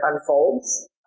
unfolds